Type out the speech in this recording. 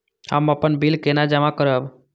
हम अपन बिल केना जमा करब?